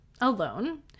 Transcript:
alone